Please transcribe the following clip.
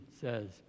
says